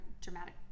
Dramatic